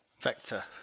vector